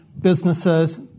businesses